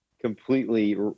completely